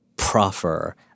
Proffer